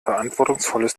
verantwortungsvolles